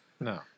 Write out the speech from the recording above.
No